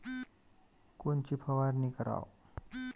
कोनची फवारणी कराव?